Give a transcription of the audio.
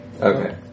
Okay